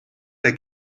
der